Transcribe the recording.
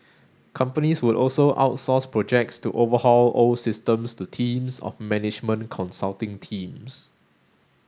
companies would also outsource projects to overhaul old systems to teams of management consulting teams